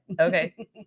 Okay